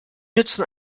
nützen